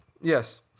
Yes